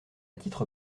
titre